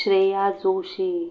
Shreya Joshi